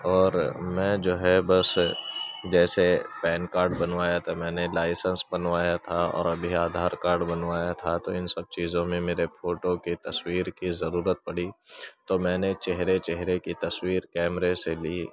اور میں جو ہے بس جیسے پین کارڈ بنوایا تھا میں نے لائسنس بنوایا تھا اور ابھی آدھار کارڈ بنوایا تھا تو ان سب چیزوں میں میرے فوٹو کی تصویر کی ضرورت پڑی تو میں نے چہرے چہرے کی تصویر کیمرے سے لی